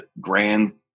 grand